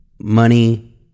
money